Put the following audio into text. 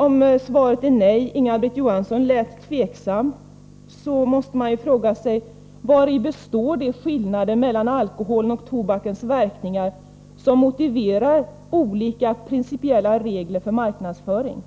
Om svaret är nej — Inga-Britt Johansson lät tveksam — måste man fråga sig: Vari består de skillnader mellan alkoholens och tobakens verkningar som motiverar olika principiella regler för marknadsföring?